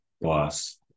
boss